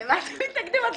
למה אתם מתנגדים?